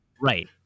Right